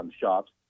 shops